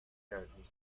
کردیم